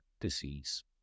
disease